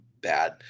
bad